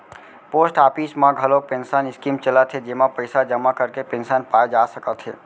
post office म घलोक pension scheme चलत हे जेमा पइसा जमा करके पेंसन पाए जा सकत हे